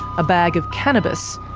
a bag of cannabis,